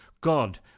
God